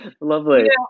Lovely